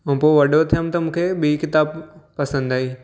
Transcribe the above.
ऐं पो वॾो थियुमि त मूंखे ॿी किताब पसंदि आई